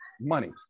money